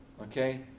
okay